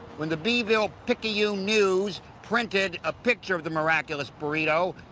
when the beeville picayune news printed a picture of the miraculous burrito,